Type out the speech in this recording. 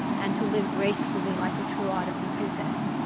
and to live gracefully like a true ottoman princess.